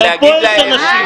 גם פה יש אנשים.